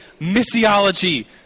missiology